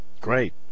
Great